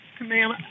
Ma'am